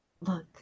look